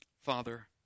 Father